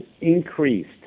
increased